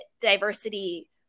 diversity